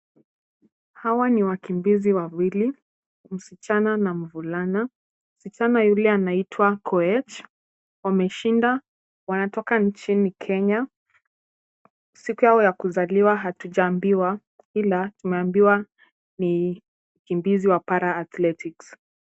Hawa ni wakimbizi wawili, msichana na mvulana. Msichana yule anaitwa Koech ,wameshinda. Wanatoka nchini Kenya. Siku yao ya kuzaliwa hatujaambiwa ila tumebiwa ni wakimbizi wa Para-athletics.